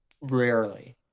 rarely